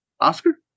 Oscar